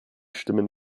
stimmen